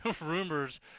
rumors